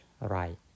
right